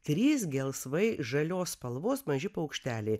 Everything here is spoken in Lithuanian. trys gelsvai žalios spalvos maži paukšteliai